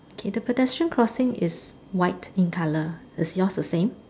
okay the pedestrian crossing is white in colour is yours the same